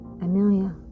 Amelia